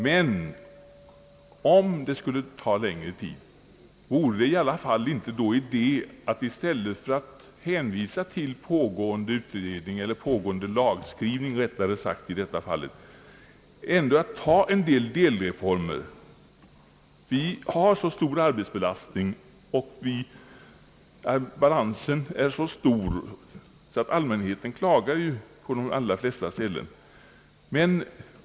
Men om det skulle dröja längre, vore det i alla fall inte då idé att i stället för att hänvisa till pågående utredning — eller rättare sagt lagskrivning — ta vissa delreformer redan nu? Vi har en sådan arbetsbelastning och balansen är så stor att allmänheten klagar på de allra flesta platser.